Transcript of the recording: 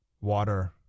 water